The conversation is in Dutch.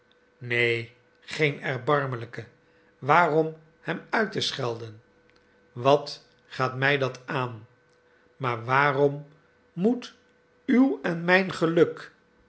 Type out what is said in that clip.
neen geen erbarmelijke waarom hem uit te schelden wat gaat mij dat aan maar waarom moet uw en mijn geluk